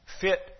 fit